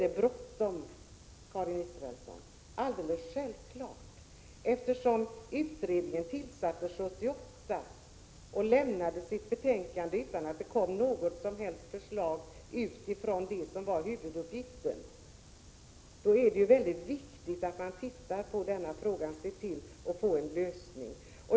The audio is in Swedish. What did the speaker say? Det är självklart eftersom utredningen tillsattes 1978 och sedan lämnade sitt betänkande utan att det kom något som helst förslag rörande det som var huvuduppgiften. Det är mycket viktigt att man tittar på denna fråga och ser till att den får en lösning.